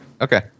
Okay